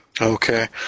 Okay